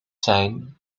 zijn